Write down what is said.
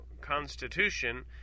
constitution